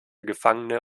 gefangene